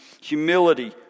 humility